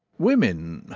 women,